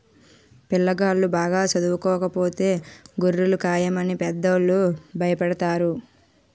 పిల్లాగాళ్ళు బాగా చదవకపోతే గొర్రెలు కాయమని పెద్దోళ్ళు భయపెడతారు